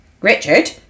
Richard